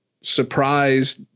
surprised